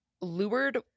lured